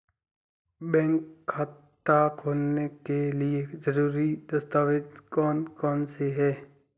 Bank खाता खोलने के लिए ज़रूरी दस्तावेज़ कौन कौनसे हैं?